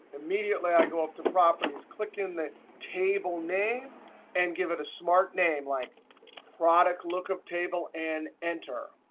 immediately i go up to properties clicking the table name and give it a smart name like product lookup table and enter.